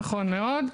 נכון מאוד.